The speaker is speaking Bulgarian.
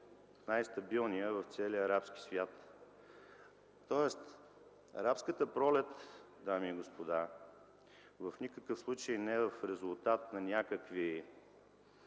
най-стабилния в целия арабски свят. Тоест, Арабската пролет, дами и господа, в никакъв случай не е в резултат на някакви